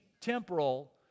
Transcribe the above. temporal